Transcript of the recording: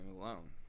alone